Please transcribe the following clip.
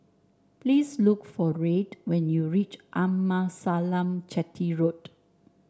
please look for Red when you reach Amasalam Chetty Road